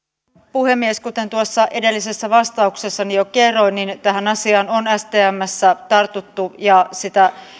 puhemies kuten tuossa edellisessä vastauksessani jo kerroin tähän asiaan on stmssä tartuttu ja sitä